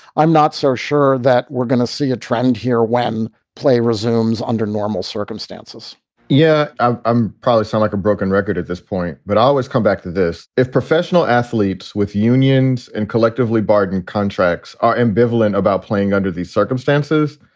i'm not so sure that we're gonna see a trend here when play resumes under normal circumstances yeah, i'm i'm probably sound like a broken record at this point, but i always come back to this. if professional athletes with unions and collectively bargain contracts are ambivalent about playing under these circumstances,